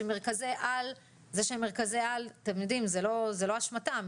שזה שהם מרכזי על זו לא אשמתם.